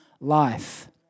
life